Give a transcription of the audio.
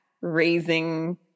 raising